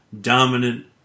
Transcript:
dominant